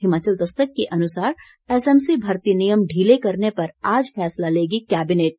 हिमाचल दस्तक के अनुसार एसएमसी भर्ती नियम ढीले करने पर आज फैसला लेगी कैबिनेट